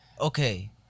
Okay